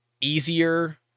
easier